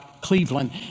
Cleveland